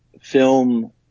film